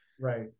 Right